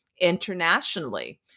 internationally